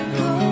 go